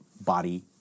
body